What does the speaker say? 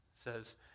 says